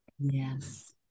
Yes